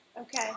Okay